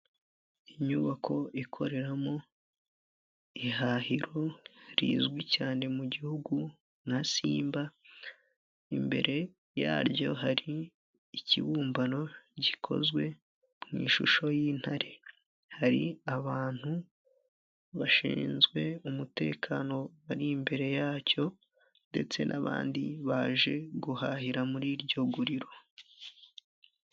Inyubako ikoreramo ihahiro rizwi cyane mu gihugu nka simba imbere yaryo hari ikibumbano gikozwe mu ishusho y'intare, hari abantu bashinzwe umutekano bari imbere yacyo ndetse n'abandi baje guhahira muri iryo guriro.